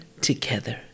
together